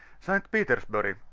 st. peteasbtmo,